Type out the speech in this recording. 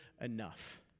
enough